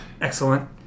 excellent